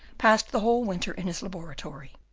passed the whole winter in his laboratory,